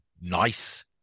nice